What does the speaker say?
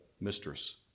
mistress